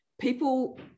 people